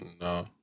No